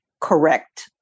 correct